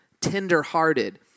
tenderhearted